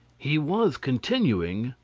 he was continuing,